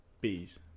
Bees